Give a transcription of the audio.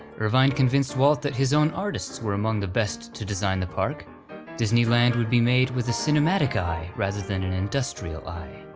irvine convinced walt that his own artists were among the best to design the park disneyland would be made with a cinematic eye, rather than an industrial eye.